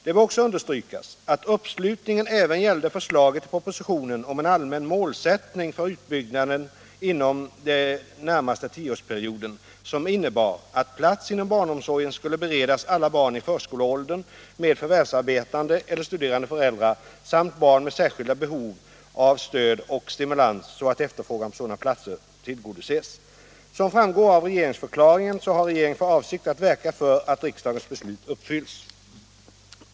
Det bör understrykas att uppslutningen även gällde förslaget i propositionen om en allmän målsättning för utbyggnaden inom den närmaste tioårsperioden, som innebar att plats inom barnomsorgen skulle beredas alla barn i förskoleåldern med förvärvsarbetande eller studerande föräldrar samt barn med särskilda behov av stöd och stimulans, så att efterfrågan på sådana platser tillgodoses. Som 35 framgår av regeringsförklaringen har regeringen för avsikt att verka för att riksdagens beslut uppfylls.